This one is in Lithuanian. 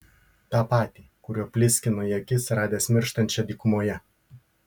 tą patį kuriuo pliskino į akis radęs mirštančią dykumoje